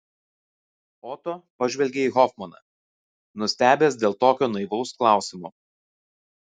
oto pažvelgė į hofmaną nustebęs dėl tokio naivaus klausimo